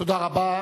תודה רבה.